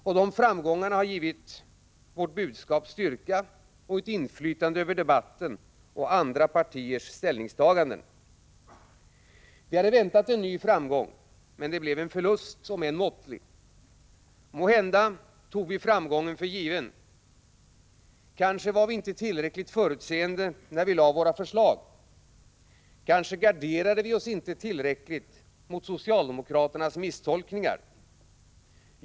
Dessa framgångar har givit vårt budskap styrka, och ett inflytande över debatten och andra partiers ställningstaganden. Vi hade väntat en ny framgång, men det blev en förlust, om än måttlig. Måhända tog vi framgången för given. Kanske var vi inte tillräckligt förutseende när vi lade fram våra förslag. Kanske garderade vi oss inte tillräckligt mot socialdemokraternas misstolkningar.